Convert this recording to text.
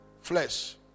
flesh